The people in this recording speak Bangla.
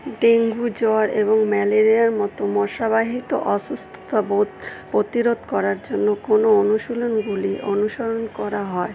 ডেঙ্গু জ্বর এবং ম্যালেরিয়ার মতো মশাবাহিত অসুস্থতা বোধ প্রতিরোধ করার জন্য কোনো অনুশীলনগুলি অনুসরণ করা হয়